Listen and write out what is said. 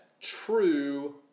true